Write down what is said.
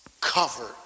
covered